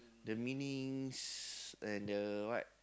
the meanings and the what